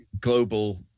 global